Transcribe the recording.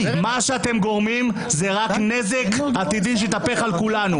אתם גורמים רק נזק עתידי שיתהפך על כולנו,